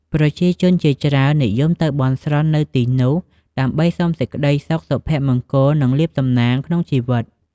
ប្រជាជនជាច្រើននិយមទៅបន់ស្រន់នៅទីនេះ ដើម្បីសុំសេចក្ដីសុខ សុភមង្គល និងលាភសំណាងក្នុងជីវិត។